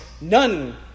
none